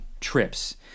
trips